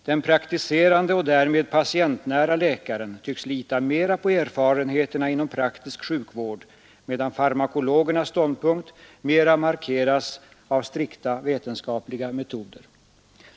Den praktiserande och därmed patientnära läkaren tycks lita mera på erfarenheterna inom praktisk sjukvård, medan farmakologernas ståndpunkt mera markeras av strikta vetenskapliga metoder.